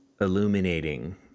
illuminating